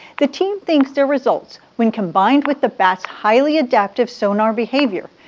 the team thinks their results, when combined with the bats' highly adaptive sonar behavior,